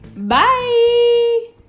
Bye